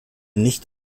nicht